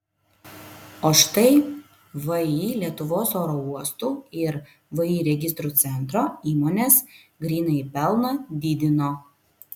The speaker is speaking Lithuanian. o štai vį lietuvos oro uostų ir vį registrų centro įmonės grynąjį pelną didino